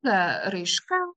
ta raiška